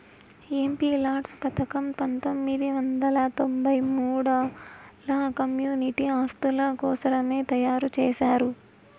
MPLADS పథకం పంతొమ్మిది వందల తొంబై మూడుల కమ్యూనిటీ ఆస్తుల కోసరమే తయారు చేశారు